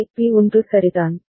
எனவே பி 1 சரிதான்